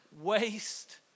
waste